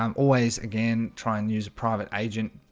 um always again try and use a private agent